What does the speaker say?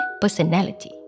personality